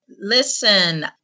Listen